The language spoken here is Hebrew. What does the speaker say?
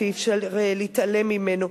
שאי-אפשר להתעלם ממנו,